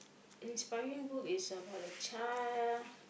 inspiring book is about a child